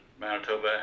Manitoba